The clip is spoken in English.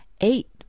Eight